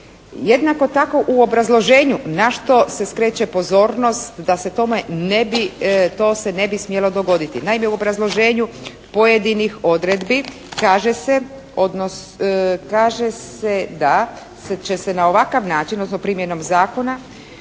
Jednako tako u obrazloženju na što se skreće pozornost da se tome ne bi, to se ne bi smjelo dogoditi. Naime u obrazloženju pojedinih odredbi kaže se, kaže se da će se na ovakav način odnosno primjenom zakona